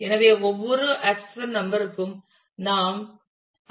எனவே ஒவ்வொரு accession number ணிற்கும் நாம் ஐ